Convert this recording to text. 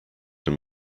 them